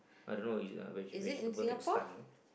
I don't know is ah vege~ vegetable can stun is it